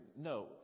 No